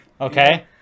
Okay